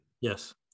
Yes